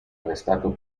arrestato